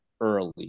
early